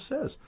says